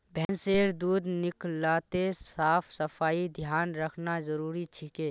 भैंसेर दूध निकलाते साफ सफाईर ध्यान रखना जरूरी छिके